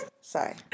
sorry